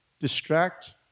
distract